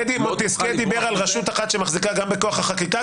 מונטסקייה דיבר על רשות אחת שמחזיקה גם בכוח החקיקה,